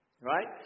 right